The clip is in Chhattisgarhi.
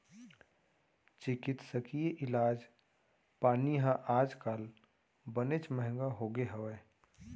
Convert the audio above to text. चिकित्सकीय इलाज पानी ह आज काल बनेच महँगा होगे हवय